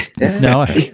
no